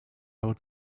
would